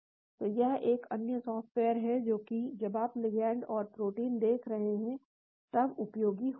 तो यह एक अन्य सॉफ्टवेयर है जो कि जब आप लिगेंड और प्रोटीन देख रहे होते हैं तब उपयोगी होता है